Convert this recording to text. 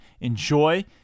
enjoy